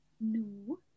No